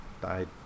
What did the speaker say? died